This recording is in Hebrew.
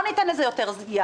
לא ניתן לזה יותר יד.